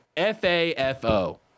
F-A-F-O